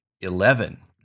Eleven